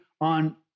on